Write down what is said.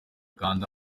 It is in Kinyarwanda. kanda